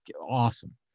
awesome